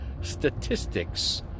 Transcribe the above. statistics